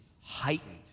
heightened